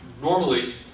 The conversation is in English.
normally